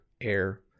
air